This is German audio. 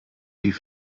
die